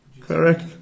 Correct